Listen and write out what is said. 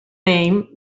name